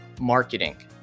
marketing